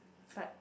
but